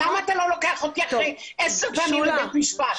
למה אתה לא לוקח אותי אחרי 10 פעמים לבית המשפט?